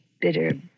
bitter